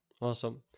awesome